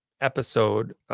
episode